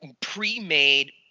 pre-made